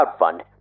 crowdfund